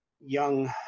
young